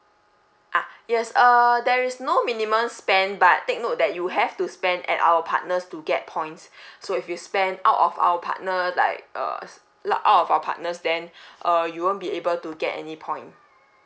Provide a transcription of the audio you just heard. ah yes uh there is no minimum spend but take note that you have to spend at our partners to get points so if you spent out of our partner like uh out of our partners then err you won't be able to get any point